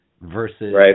versus